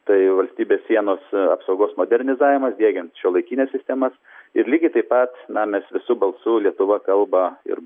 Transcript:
tai valstybės sienos apsaugos modernizavimas diegiant šiuolaikines sistemas ir lygiai taip pat na mes visu balsu lietuva kalba ir